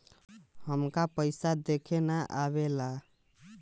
हमका पइसा देखे ना आवेला?